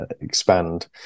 expand